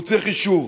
הוא צריך אישור,